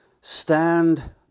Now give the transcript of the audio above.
stand